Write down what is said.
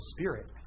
Spirit